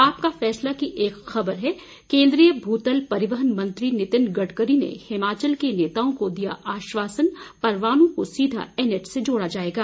आपका फैसला की एक खबर है केंद्रीय भूतल परिवहन मंत्री नितन गडकरी ने हिमाचल के नेताओं को दिया आश्वासान परवाणु को सीधा एनएच से जोड़ा जाएगा